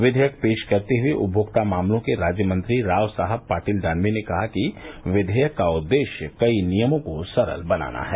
विधेयक पेश करते हुए उपभोक्ता मामलों के राज्यमंत्री राव साहब पाटिल दानवे ने कहा कि विधेयक का उद्देश्य कई नियमों को सरल बनाना है